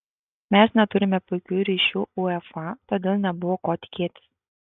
mes neturime puikių ryšių uefa todėl nebuvo ko tikėtis